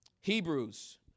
Hebrews